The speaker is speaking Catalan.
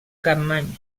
capmany